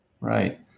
Right